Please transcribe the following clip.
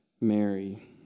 Mary